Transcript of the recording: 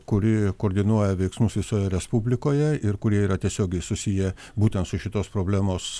kuri koordinuoja veiksmus visoje respublikoje ir kurie yra tiesiogiai susiję būtent su šitos problemos